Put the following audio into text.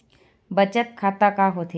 बचत खाता का होथे?